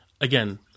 again